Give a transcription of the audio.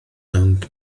ond